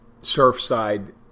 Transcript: Surfside